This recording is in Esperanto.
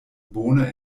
bona